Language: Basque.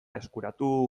eskuratu